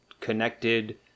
connected